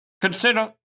Consider